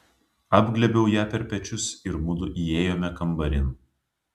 apglėbiau ją per pečius ir mudu įėjome kambarin